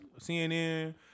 CNN